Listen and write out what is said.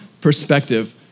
perspective